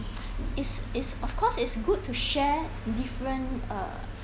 is is of course it's good to share different err